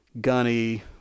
Gunny